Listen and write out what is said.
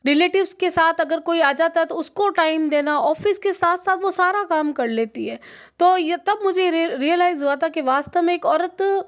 relatives के साथ अगर कोई आ जाता तो उसको टाइम देना ऑफिस के साथ साथ वह सारा काम कर लेती है तो यह तब मुझे रीय रियलाइज़ हुआ था कि वास्तव में एक औरत